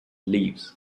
leaves